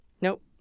Nope